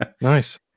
Nice